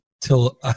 till